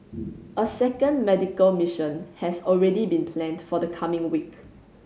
a second medical mission has already been planned for the coming week